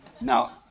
Now